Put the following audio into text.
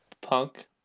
punk